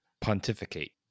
Pontificate